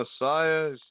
Messiah